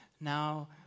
Now